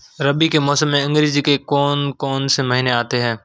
रबी के मौसम में अंग्रेज़ी के कौन कौनसे महीने आते हैं?